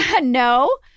No